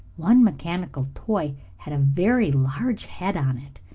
one mechanical toy had a very large head on it,